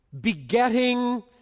begetting